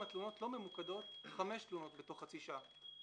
אם התלונות לא ממוקדות חמש תלונות תוך חצי שעה,